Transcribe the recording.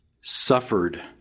suffered